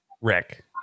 Rick